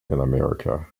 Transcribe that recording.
america